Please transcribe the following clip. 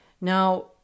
Now